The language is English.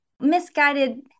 Misguided